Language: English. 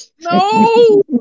No